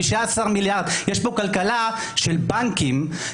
יש פה כלכלה של בנקים,